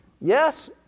Yes